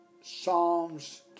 Psalms